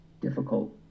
difficult